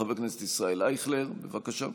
חבר הכנסת ישראל אייכלר, בבקשה.